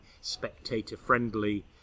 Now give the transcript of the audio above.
spectator-friendly